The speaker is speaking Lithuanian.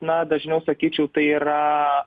na dažniau sakyčiau tai yra